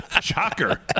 Shocker